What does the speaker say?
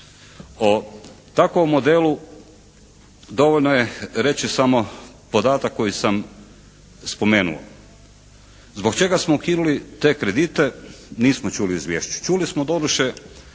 O takovom modelu dovoljno je reći samo podatak koji sam spomenuo. Zbog čega smo ukinuli te kredite nismo čuli u izvješću. Čuli smo doduše